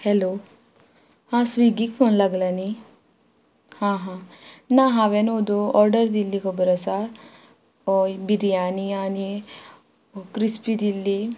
hello हां स्विगीक phone लागला न्ही हां हां ना हांवेन ओदोव ऑर्डर दिल्ली खबर आसा ओय बिर्याणी आनी क्रिस्पी दिल्ली